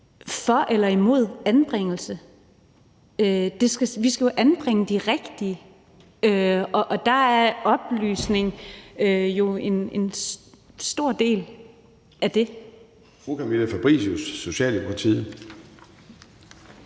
for eller imod anbringelse. Vi skal jo anbringe de rigtige, og der er oplysning en stor del af det.